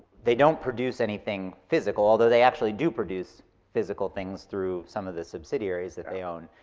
they don't produce anything physical, although they actually do produce physical things through some of the subsidiaries that they own,